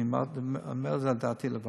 אני אומר את זה על דעתי בלבד.